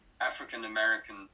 African-American